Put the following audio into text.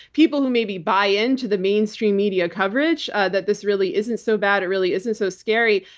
people who maybe buy-in to the mainstream media coverage that this really isn't so bad, it really isn't so scary.